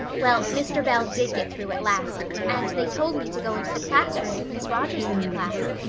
well, mr. bell did get through at last and they told me to go into the classroom with miss rogerson's class.